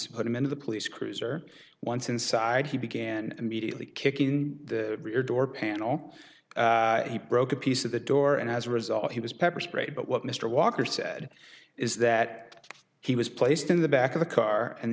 to put him into the police cruiser once inside he began immediately kicking the rear door panel he broke a piece of the door and as a result he was pepper sprayed but what mr walker said is that he was placed in the back of the car and